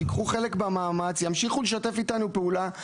ייקחו חלק במאמץ, ימשיכו לשתף איתנו פעולה.